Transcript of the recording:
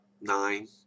nine